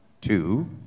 two